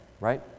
right